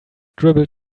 dribbled